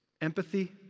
Empathy